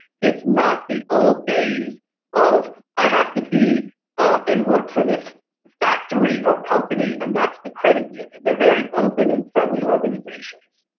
it's not the old days of i have to be and work for this factory or company and that's the credit union. they're very open and friendly organizations.